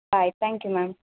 ಆಯ್ತು thank you ma'am